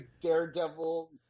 daredevil